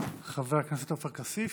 חבר הכנסת עופר כסיף,